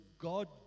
God